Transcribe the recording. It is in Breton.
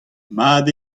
mat